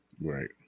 Right